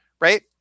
right